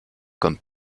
comme